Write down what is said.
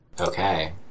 Okay